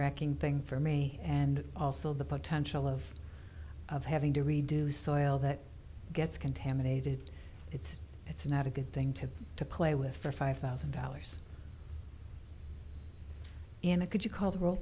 nerve racking thing for me and also the potential of of having to redo soil that gets contaminated it's it's not a good thing to to play with for five thousand dollars in a could you call